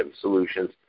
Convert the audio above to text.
solutions